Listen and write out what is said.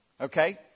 Okay